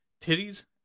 Titties